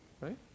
Right